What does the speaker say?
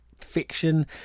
fiction